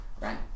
right